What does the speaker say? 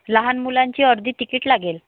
लहान मुलांची अर्धी तिकीट लागेल